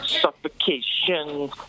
suffocation